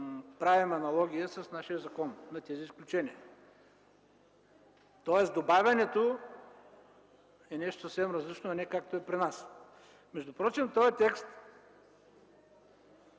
правим аналогия с нашия закон на тези изключения. Тоест добавянето е нещо съвсем различно, а не както е при нас. Между впрочем този текст